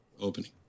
opening